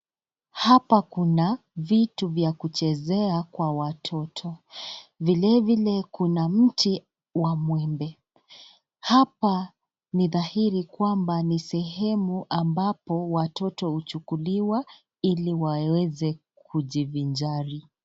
Hapa kuna vitu vya kuchezea kwa watoto, vilevile kuna mti wa mwembe. Hapa ni dhairi kwamba ni sehemu ambapo watoto uchukuliwa ili waweze kujivinjari.